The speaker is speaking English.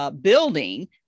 building